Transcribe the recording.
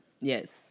Yes